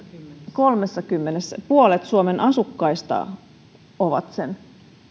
kolmessakymmenessä puolet suomen asukkaista on sen